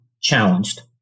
challenged